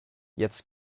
jetzt